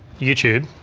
youtube.